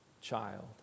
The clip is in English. child